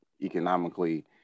economically